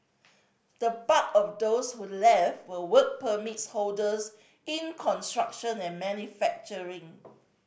the bulk of those who left were work permits holders in construction and manufacturing